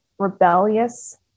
rebellious